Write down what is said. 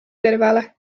kõrvale